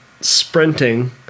sprinting